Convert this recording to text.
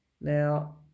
Now